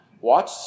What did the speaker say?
watch